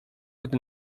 gdy